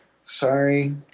sorry